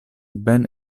ben